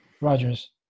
Rogers